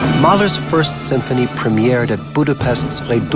mahler's first symphony premiered at budapest's